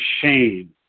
shame